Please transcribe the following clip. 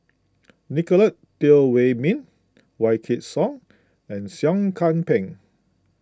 Nicolette Teo Wei Min Wykidd Song and Seah Kian Peng